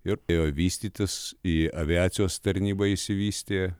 ir vystytis į aviacijos tarnybą išsivystė